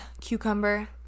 cucumber